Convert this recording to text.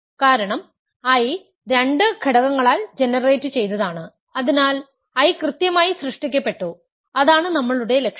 കാരണം I രണ്ട് ഘടകങ്ങളാൽ ജനറേറ്റുചെയ്തതാണ് അതിനാൽ I കൃത്യമായി സൃഷ്ടിക്കപ്പെട്ടു അതാണ് നമ്മളുടെ ലക്ഷ്യo